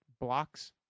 blocks